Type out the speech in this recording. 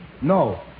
No